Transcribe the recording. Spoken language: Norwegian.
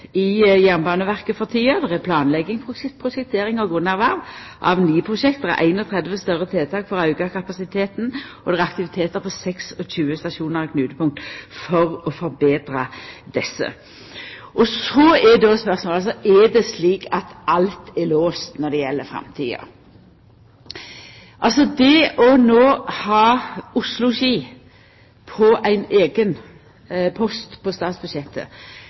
i Jernbaneverket for tida. Det er planlegging, prosjektering og grunnerverv av ni prosjekt. Det er 31 større tiltak for å auka kapasiteten, og det er aktivitetar på 26 stasjonar og knutepunkt for å betra dei. Så er då spørsmålet: Er det slik at alt er låst når det gjeld framtida? Det å ha Oslo–Ski på ein eigen post på statsbudsjettet